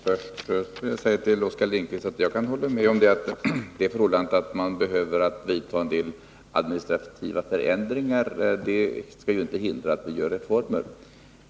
Herr talman! Först vill jag säga till Oskar Lindkvist: Jag kan hålla med om att detta att man behöver vidta en del administrativa förändringar inte får hindra att man genomför reformer.